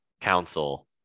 council